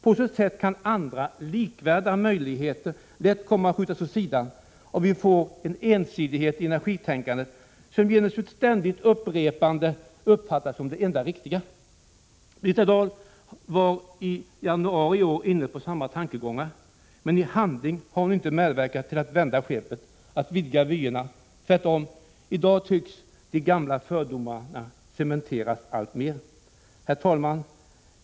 På så sätt kan andra, likvärdiga möjligheter lätt komma att skjutas åt sidan, och vi får en ensidighet i energitänkandet som genom sin ständiga upprepning uppfattas som det enda riktiga. Birgitta Dahl var i januari i år inne på samma tankegångar, men i handling har hon inte medverkat till att vända skeppet och vidga vyerna. Tvärtom, i dag tycks de gamla fördomarna cementeras alltmer. Herr talman!